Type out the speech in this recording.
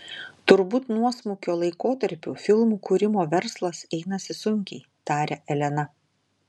turbūt nuosmukio laikotarpiu filmų kūrimo verslas einasi sunkiai taria elena